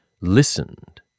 listened